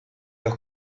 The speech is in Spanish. los